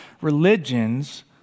religions